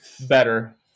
Better